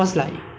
they have ah